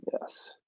Yes